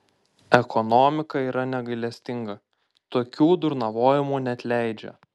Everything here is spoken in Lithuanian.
ekonomika yra negailestinga tokių durnavojimų neatleidžia